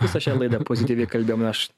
visą šią laidą pozityviai kalbėjom aš